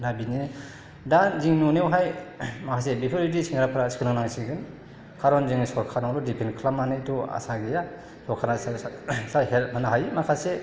दा बेनो दा जों नुनायावहाय माखासे बेफोरबायदि सेंग्राफोरा सोलोंनांसिगोन कारन जोंङो सरकारनियावल' डिपेन्ड खालामनानैथ' आसा गैया जा हेल्प होनो हायो माखासे